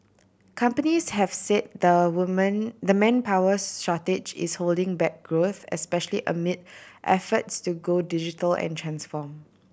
companies have say the woman the manpowers shortage is holding back growth especially amid efforts to go digital and transform